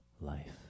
life